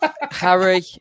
Harry